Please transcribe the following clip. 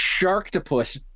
Sharktopus